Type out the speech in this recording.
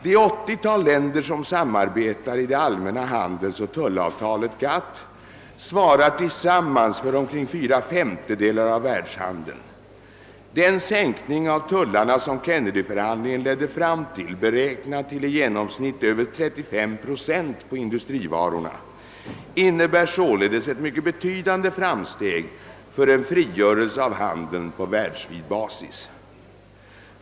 Det 80-tal länder som samarbetar i det allmänna handelsoch tullavtalet, GATT, svarar tillsammans för omkring fyra femtedelar av världshandeln. Den sänkning av tullarna som Kennedyförhandlingarna ledde fram till — beräknad till genomsnittligt över 35 procent på industrivarorna — innebär således ett mycket betydande framsteg för en frigörelse av handeln på världsvid basis.